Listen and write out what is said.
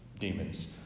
demons